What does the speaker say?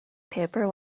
paper